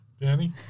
Danny